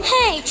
Hey